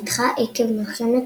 נדחה עקב מלחמת